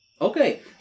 Okay